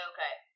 Okay